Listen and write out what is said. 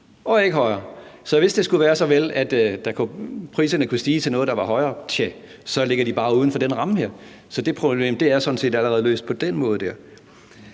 men ikke højere. Så hvis det skulle være så vel, at priserne kunne stige til noget, der var højere, tja, så ligger de bare uden for den her ramme. Så det problem er sådan set allerede løst på den måde.